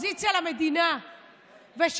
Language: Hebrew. מוריי ורבותיי,